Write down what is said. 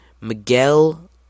Miguel